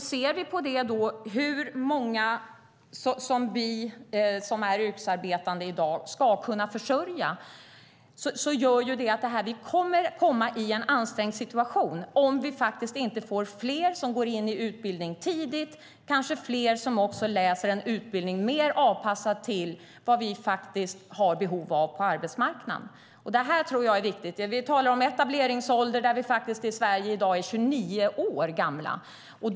Ser vi då på hur många vi som är yrkesarbetande i dag ska kunna försörja kommer vi att få en ansträngd situation om inte fler går in i utbildning tidigt och kanske fler läser en utbildning som är mer avpassad för de behov vi har på arbetsmarknaden. Det här tror jag är viktigt. Vi talar om etableringsålder, och den är 29 år i Sverige i dag.